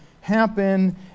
happen